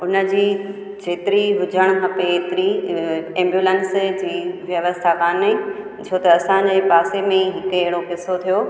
हुन जी जेतिरी हुजणु खपे हेतिरी एंबुलंस जी व्यवस्था कोन्हे छो त असांजे पासे में ई हिकु अहिड़ो किसो थियो